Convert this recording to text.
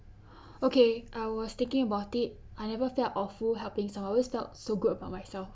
okay I was thinking about it I never felt awful helping someone I always felt so good about myself